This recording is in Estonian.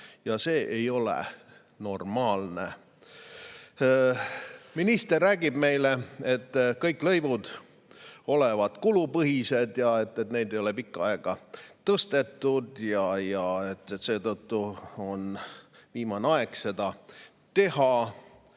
ja see ei ole normaalne. Minister räägib meile, et kõik lõivud on kulupõhised, neid ei ole pikka aega tõstetud ja seetõttu on viimane aeg seda teha.